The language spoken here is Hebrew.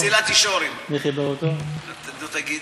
נו, תגיד.